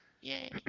Yay